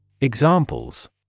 Examples